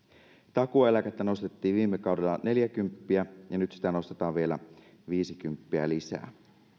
takuueläkettä nostettiin viime kaudella neljäkymppiä ja nyt sitä nostetaan viisikymppiä lisää